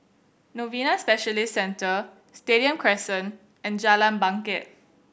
Novena Specialist Centre Stadium Crescent and Jalan Bangket